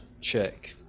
check